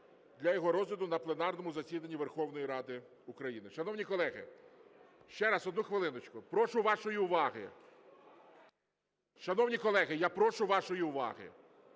для його розгляду на пленарному засіданні Верховної Ради України. Шановні колеги, ще раз, одну хвилиночку. Прошу вашої уваги! Шановні колеги, я прошу вашої уваги!